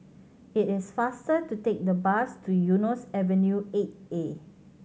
it is faster to take the bus to Eunos Avenue Eight A